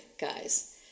guys